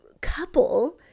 couple